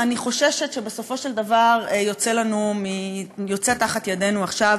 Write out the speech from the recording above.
אני חוששת שבסופו של דבר יוצא מתחת ידינו עכשיו